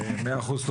מאה אחוז.